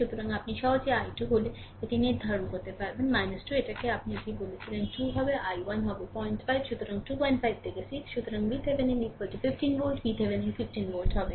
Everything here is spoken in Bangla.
সুতরাং আপনি সহজেই i2 হল এটি নির্ধারণ করতে পারবেন 2 এটাকেই আপনি এটি বলেছিলেন এটি 2 হবে এবং i1 হবে 05 সুতরাং 25 থেকে 6 সুতরাং VThevenin 15 ভোল্ট VThevenin 15 ভোল্ট হবে